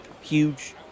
huge